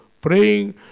praying